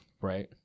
right